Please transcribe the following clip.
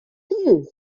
things